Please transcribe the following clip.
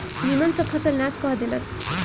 निमन सब फसल नाश क देहलस